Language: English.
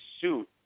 suit